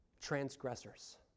transgressors